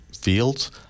fields